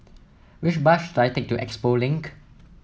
which bus should I take to Expo Link